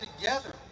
together